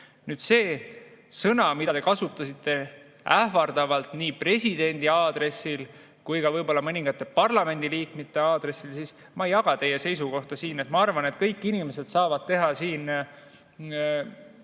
Nüüd see sõna, mida te kasutasite te ähvardavalt nii presidendi aadressil kui ka mõningate parlamendiliikmete aadressil – ma ei jaga teie seisukohta siin. Ma arvan, et kõik inimesed saavad teha siin